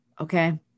Okay